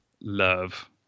love